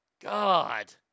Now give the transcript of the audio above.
God